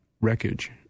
wreckage